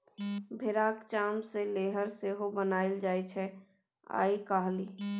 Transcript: भेराक चाम सँ लेदर सेहो बनाएल जाइ छै आइ काल्हि